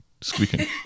squeaking